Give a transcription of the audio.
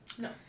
No